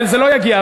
זה לא יגיע.